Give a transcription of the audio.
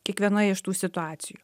kiekvienoj iš tų situacijų